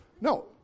No